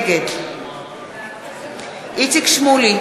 נגד איציק שמולי,